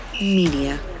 Media